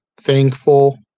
Thankful